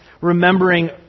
remembering